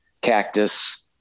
cactus